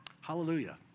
Hallelujah